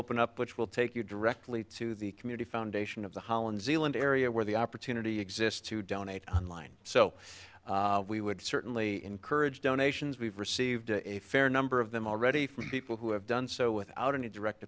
open up which will take you directly to the community foundation of the holland zealand area where the opportunity exists to donate online so we would certainly encourage donations we've received a fair number of them already from people who have done so without any direct